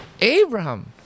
Abraham